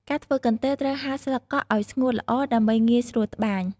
ការធ្វើកន្ទេល ត្រូវហាលស្លឹកកក់ឲ្យស្ងួតល្អដើម្បីងាយស្រួលត្បាញ។